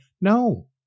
No